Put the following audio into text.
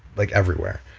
like everywhere.